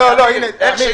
אין.